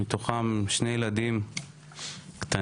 מתוכם שני ילדים קטנים,